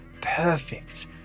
perfect